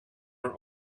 are